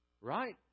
Right